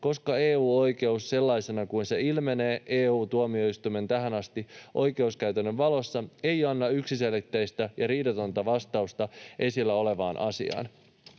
koska EU-oikeus, sellaisena kuin se ilmenee EU-tuomioistuimen tähänastisen oikeuskäytännön valossa, ei anna yksiselitteistä ja riidatonta vastausta esillä olevaan asiaan.”